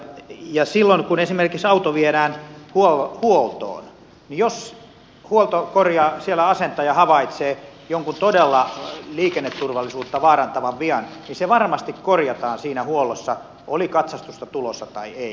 esimerkiksi silloin kun auto viedään huoltoon jos siellä asentaja havaitsee jonkun todella liikenneturvallisuutta vaarantavan vian niin se varmasti korjataan siinä huollossa oli katsastusta tulossa tai ei